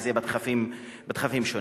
אם זה בדחפים שונים?